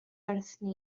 wrthon